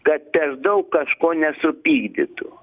kad per daug kažko nesupykdytų